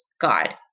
God